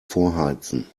vorheizen